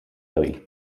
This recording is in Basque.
dabil